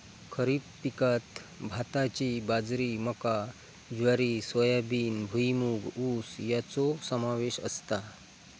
खरीप पिकांत भाताची बाजरी मका ज्वारी सोयाबीन भुईमूग ऊस याचो समावेश असता